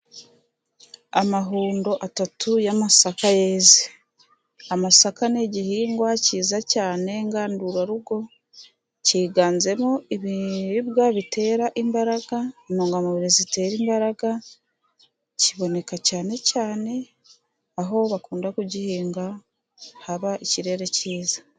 Amahundo atatu y'amasaka yeze. Amasaka ni igihingwa cyiza cyane ngandurarugo. Kiganjemo ibiribwa bitera imbaraga, intungamubiri zitera imbaraga. Kiboneka cyane cyane aho bakunda kugihinga, haba ikirere cyiza.